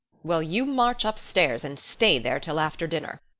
well, you march upstairs and stay there till after dinner.